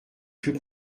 plus